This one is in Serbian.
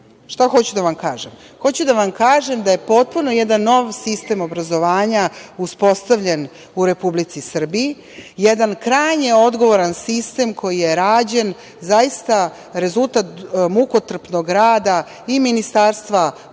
hoću da vam kažem? Hoću da vam kažem da je potpuno jedan nov sistem obrazovanja uspostavljen u Republici Srbiji, jedan krajnje odgovoran sistem koji je rađen, zaista rezultat mukotrpnog rada i Ministarstva prosvete,